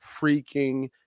freaking